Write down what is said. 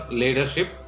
leadership